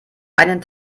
einen